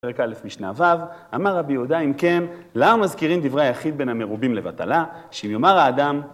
בפרק א משנה ו: אמר רבי יהודה, אם כן, למה מזכירים דברי יחיד בין המרובים לבטלה שאם יאמר האדם